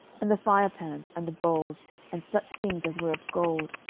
and the firepans, and the bowls and such things as were of gold,